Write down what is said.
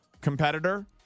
competitor